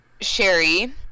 Sherry